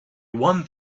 one